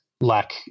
lack